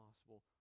possible